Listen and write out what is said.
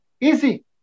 Easy